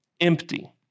empty